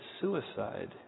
suicide